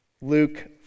Luke